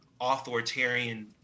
authoritarian